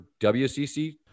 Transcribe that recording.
WCC